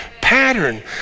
pattern